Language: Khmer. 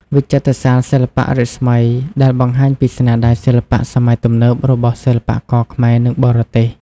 វិចិត្រសាលសិល្បៈរស្មី ដែលបង្ហាញពីស្នាដៃសិល្បៈសម័យទំនើបរបស់សិល្បករខ្មែរ និងបរទេស។